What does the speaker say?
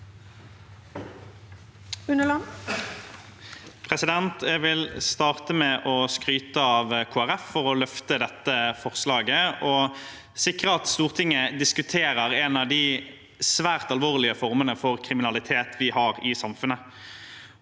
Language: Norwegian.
Jeg vil starte med å skryte av Kristelig Folkeparti for å løfte dette forslaget og sikre at Stortinget diskuterer en av de svært alvorlige formene for kriminalitet vi har i samfunnet.